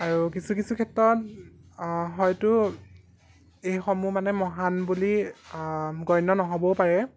আৰু কিছু কিছু ক্ষেত্ৰত হয়তো এইসমূহ মানে মহান বুলি গণ্য নহ'বও পাৰে